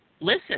listen